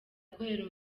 akorera